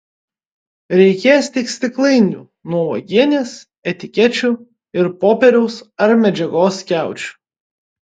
reikės tik stiklainių nuo uogienės etikečių ir popieriaus ar medžiagos skiaučių